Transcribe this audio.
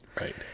right